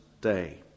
day